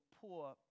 poor